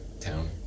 town